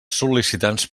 sol·licitants